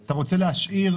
אתה רוצה להשאיר,